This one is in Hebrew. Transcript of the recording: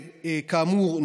כאמור,